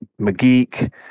McGeek